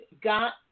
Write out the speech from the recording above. got